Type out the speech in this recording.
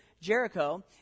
Jericho